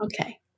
Okay